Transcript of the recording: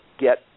get